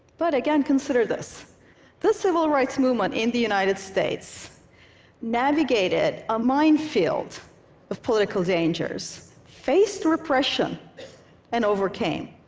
but again, consider this the civil rights movement in the united states navigated a minefield of political dangers, faced repression and overcame,